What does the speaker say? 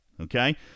Okay